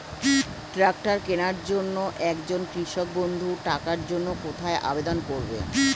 Tractor কিনার জন্য একজন কৃষক বন্ধু টাকার জন্য কোথায় আবেদন করবে?